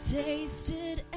tasted